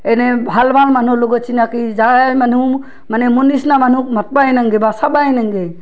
এনেই ভাল ভাল মানুহৰ লগত চিনাকি যায় মানুহ মানে মোৰ নিচনা মানুহক মাতবায়ে নাংগে বা চাবায়ে নাংগে